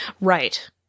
Right